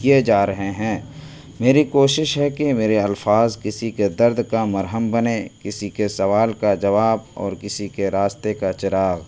کیے جا رہے ہیں میری کوشش ہے کہ میرے الفاظ کسی کے درد کا مرہم بنیں کسی کے سوال کا جواب اور کسی کے راستے کا چراغ